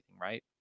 Right